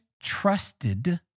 trusted